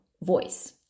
voice